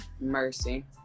Mercy